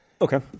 Okay